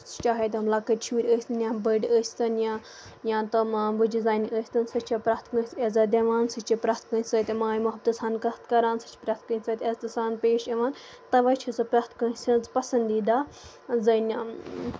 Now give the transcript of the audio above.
چاہے تِم لۄکٕٹۍ شُر ٲسِنۍ یا بٔڑ ٲستن یا تِم بُجہِ زَنہِ ٲستن سُہ چھِ پرٮ۪تھ کٲنسہِ عزتھ دِوان سُہ چھِ پرٮ۪تھ کٲنسہِ سۭتۍ ماے محبتہٕ سان کَتھ کران سُہ چھُ پرٮ۪تھ کٲنسہِ سۭتۍ عزتہٕ سان پیش یِوان تَوے چھَس بہٕ پرٮ۪تھ کٲنسہِ ہٕنٛز پَسندیٖدہ زَنہِ